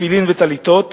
תפילין וטליתות